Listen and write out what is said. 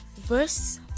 verse